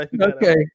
Okay